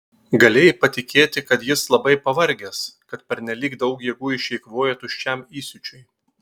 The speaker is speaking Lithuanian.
galėjai patikėti kad jis labai pavargęs kad pernelyg daug jėgų išeikvojo tuščiam įsiūčiui